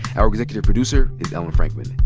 our executive producer is ellen frankman.